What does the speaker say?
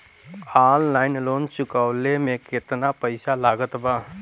Online loan चुकवले मे केतना पईसा लागत बा?